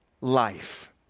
life